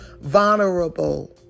vulnerable